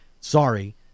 Sorry